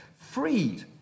freed